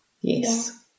Yes